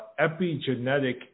epigenetic